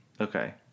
okay